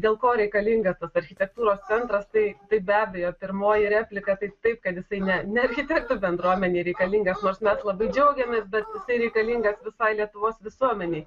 dėl ko reikalingas tas architektūros centras tai tai be abejo pirmoji replika taip taip kad jisai ne ne architektų bendruomenei reikalingas nors mes labai džiaugiamės bet jisai reikalingas visai lietuvos visuomenei